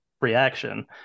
reaction